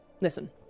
listen